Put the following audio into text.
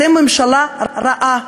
אתם ממשלה רעה,